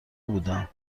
بودم